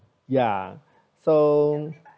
ya so